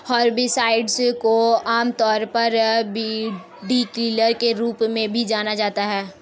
herbicides को आमतौर पर वीडकिलर के रूप में भी जाना जाता है